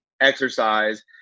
exercise